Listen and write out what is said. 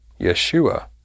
Yeshua